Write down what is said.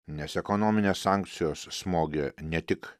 nes ekonominės sankcijos smogė ne tik